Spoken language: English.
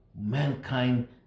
mankind